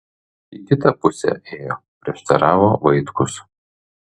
į kitą pusę ėjo prieštaravo vaitkus